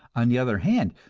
on the other hand,